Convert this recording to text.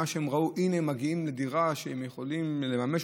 חשבו שהם מגיעים לדירה שהם יכולים לממש